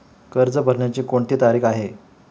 कर्ज भरण्याची कोणती तारीख आहे?